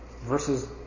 versus